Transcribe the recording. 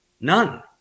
None